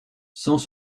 sans